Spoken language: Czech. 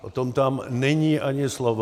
O tom tam není ani slovo.